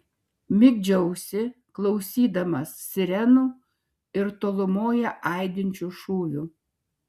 migdžiausi klausydamas sirenų ir tolumoje aidinčių šūvių